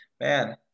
man